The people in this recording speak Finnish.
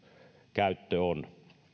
käyttö on